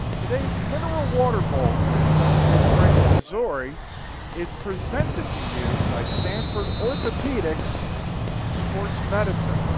today's mineral water bowl from excelsior springs, missouri is presented to you by sanford orthopedics and sports medicine.